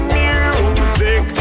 music